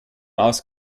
aus